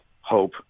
hope